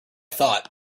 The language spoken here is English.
thought